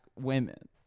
Women